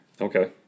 Okay